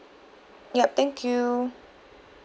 yup thank you